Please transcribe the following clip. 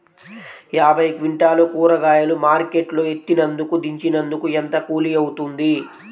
యాభై క్వింటాలు కూరగాయలు మార్కెట్ లో ఎత్తినందుకు, దించినందుకు ఏంత కూలి అవుతుంది?